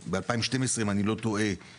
וב-2012 אם אני לא טועה,